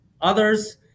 others